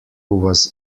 was